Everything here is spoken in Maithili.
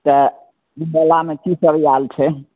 तऽ ई मेलामे कि सब आएल छै